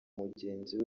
mugenzi